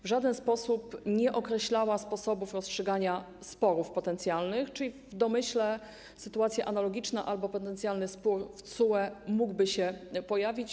W żaden sposób nie określała ona sposobów rozstrzygania sporów potencjalnych, czyli, w domyśle, sytuacja analogiczna albo potencjalny spór przed TSUE mogłyby się pojawić.